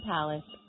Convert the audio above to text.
Palace